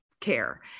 care